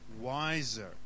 wiser